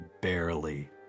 barely